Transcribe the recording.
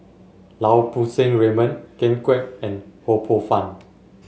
Lau Poo Seng Raymond Ken Kwek and Ho Poh Fun